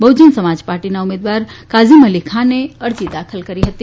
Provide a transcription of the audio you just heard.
બહ્જન સમાજ પાર્ટીના ઉમેદવાર કાઝિમ અલીખાને અરજી દાખલ કરી હતી